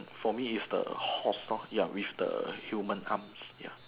for me is the horse lor ya with the humans arms ya